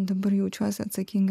dabar jaučiuosi atsakinga